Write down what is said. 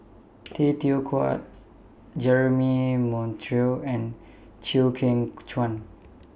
Tay Teow Kiat Jeremy Monteiro and Chew Kheng Chuan